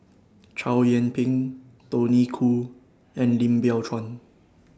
Chow Yian Ping Tony Khoo and Lim Biow Chuan